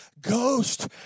Ghost